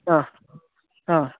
ಹಾಂ ಹಾಂ